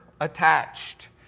attached